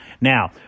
Now